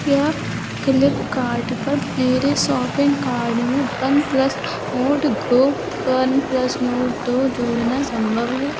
क्या फिलीपकार्ट पर मेरे शॉपिंग कार्ड में वनप्लस ऑर्ड दो वनप्लस नॉर्ड़ दो जोड़ना संभव है